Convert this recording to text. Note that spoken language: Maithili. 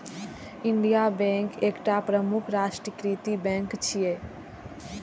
इंडियन बैंक एकटा प्रमुख राष्ट्रीयकृत बैंक छियै